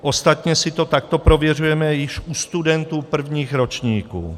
Ostatně si to takto prověřujeme již u studentů prvních ročníků.